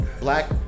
Black